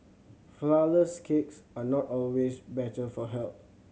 flourless cakes are not always better for health